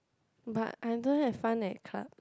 but I don't have fun at club